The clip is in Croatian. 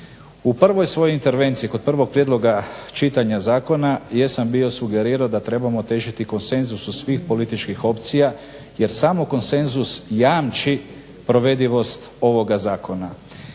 U prvoj svojoj intervenciji kod prvog prijedloga čitanja zakona jesam bio sugerirao da trebamo težiti konsenzusu svih političkih opcija jer samo konsenzus jamči provedivost ovoga zakona.